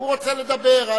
הוא רוצה לדבר.